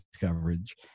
coverage